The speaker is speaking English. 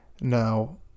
Now